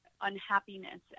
unhappiness